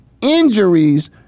Injuries